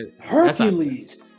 Hercules